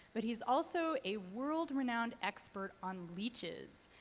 but he's also a world-renowned expert on leeches.